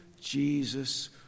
Jesus